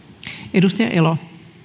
arvoisa